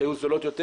שהיו זולות יותר.